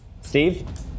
Steve